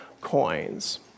coins